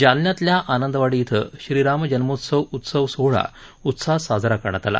जालन्यातल्या आनंदवाडी इथं श्रीराम जन्मोत्सव उत्सव सोहळा उत्साहात साजरा करण्यात आला